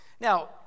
Now